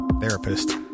therapist